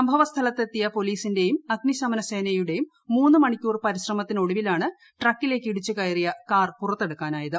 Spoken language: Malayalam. സംഭവസ്ഥലത്ത് എത്തിയ പോലീസിന്റെയും അഗ്നിക്ക് ശ്രമ്ന സേനയുടെയും മൂന്ന് മണിക്കൂർ പരിശ്രമത്തിനൊടുവിലാണ് ട്രക്കിലേക്ക് ഇടിച്ചു കയറിയ കാർ പുറത്തെടുക്കാനായത്